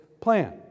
plan